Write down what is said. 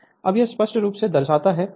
Refer Slide Time 3002 अब यह स्पष्ट रूप से दर्शाता है